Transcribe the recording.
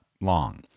long